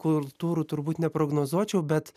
kultūrų turbūt neprognozuočiau bet